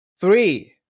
three